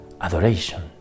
adoration